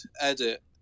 edit